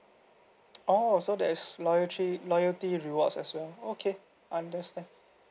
oh so there is loyalty rewards as well okay understand